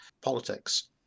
politics